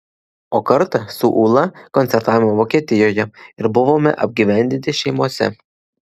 o kartą su ūla koncertavome vokietijoje ir buvome apgyvendinti šeimose